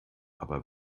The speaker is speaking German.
aber